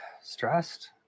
stressed